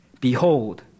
Behold